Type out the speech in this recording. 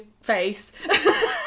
face